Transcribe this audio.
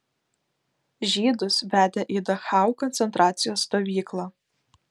žydus vedė į dachau koncentracijos stovyklą